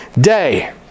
day